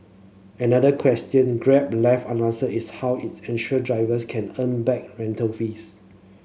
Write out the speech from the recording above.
another question Grab left unanswered is how its ensure drivers can earn back rental fees